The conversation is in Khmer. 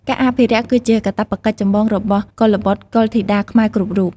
ការអភិរក្សគឺជាកាតព្វកិច្ចចម្បងរបស់កុលបុត្រកុលធីតាខ្មែរគ្រប់រូប។